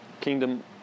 kingdom